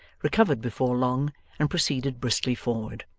recovered before long and proceeded briskly forward.